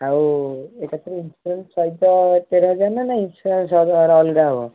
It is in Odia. ଆଉ ଏକାଥରେ ଇନ୍ସୁରାନ୍ସ ସହିତ ତେରହଜାର ନା ନାହିଁ ଇନ୍ସୁରାନ୍ସ ଅଲଗା ହବ